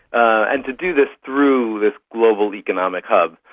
and to do this through this global economic hub.